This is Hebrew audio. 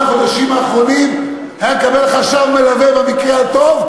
החודשים האחרונים היה מקבל חשב מלווה במקרה הטוב,